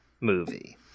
movie